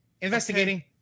Investigating